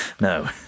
no